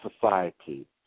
society